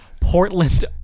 Portland